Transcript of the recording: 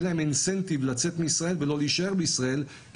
שיהיה להם תמריץ לצאת מישראל ולא להישאר בישראל,